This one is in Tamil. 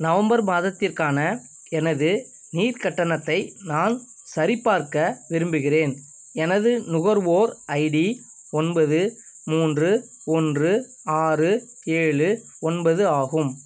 நவம்பர் மாதத்திற்கான எனது நீர் கட்டணத்தை நான் சரிபார்க்க விரும்புகிறேன் எனது நுகர்வோர் ஐடி ஒன்பது மூன்று ஒன்று ஆறு ஏழு ஒன்பது ஆகும்